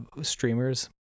streamers